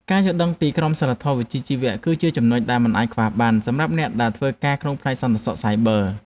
ការយល់ដឹងពីក្រមសីលធម៌វិជ្ជាជីវៈគឺជាចំនុចដែលមិនអាចខ្វះបានសម្រាប់អ្នកដែលធ្វើការក្នុងផ្នែកសន្តិសុខសាយប័រ។